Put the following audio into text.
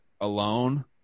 alone